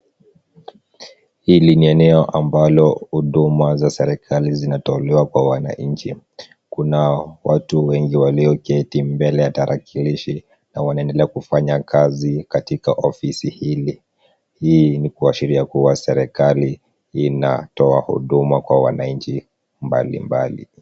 Hili ni eneo ambalo huduma za serkali zinatolewa kwa wananchi, kuna watu wengi walioketi mbele ya tarakilishi na wanaendelea kufanya kazi katika ofisi hili, ii ni kuashiria kuwa serkali inatoa huduma kwa wananchi mbalimbali.